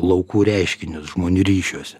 laukų reiškinius žmonių ryšiuose